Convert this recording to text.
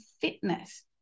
fitness